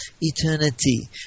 Eternity